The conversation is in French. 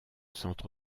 centre